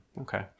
Okay